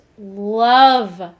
love